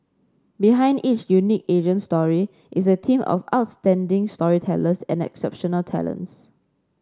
behind each unique Asian story is a team of outstanding storytellers and exceptional talents